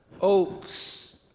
oaks